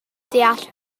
deall